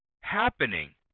happening